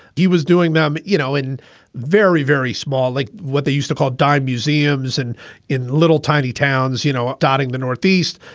he was doing them, you know, in very, very small, like what they used to call dive museums and in little tiny towns, you know, dotting the northeast.